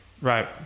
Right